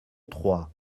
trois